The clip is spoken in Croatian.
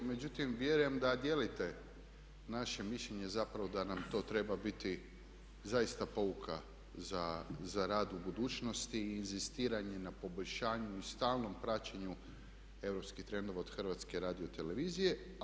Međutim, vjerujem da dijelite naše mišljenje zapravo da nam to treba biti zaista pouka za rad u budućnosti i inzistiranje na poboljšanju i stalnom praćenju europskih trendova od HRT-a.